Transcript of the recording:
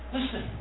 Listen